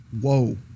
Whoa